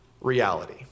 reality